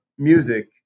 music